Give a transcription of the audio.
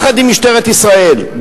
יחד עם משטרת ישראל,